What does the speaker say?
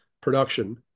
Production